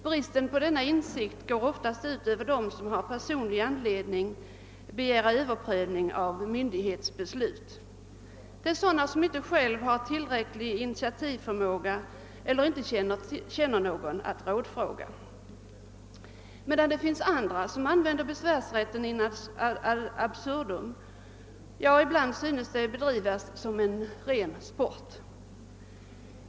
Bristen på insikt om detta går oftast ut över dem som har personlig anledning att begära överprövning av myndighets beslut, sådana som inte själva har tillräcklig initiativförmåga eller inte känner någon att rådfråga, medan det finns andra som använder besvärsrätten in absurdum, ja ibland förefaller att driva överklagandet som en ren sport.